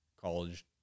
college